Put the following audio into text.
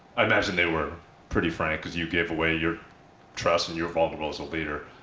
i imagine they were pretty frank, because you gave away your trust, and you're vulnerable a so leader.